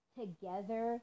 together